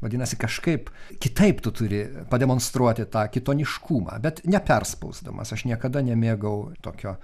vadinasi kažkaip kitaip tu turi pademonstruoti tą kitoniškumą bet neperspausdamas aš niekada nemėgau tokio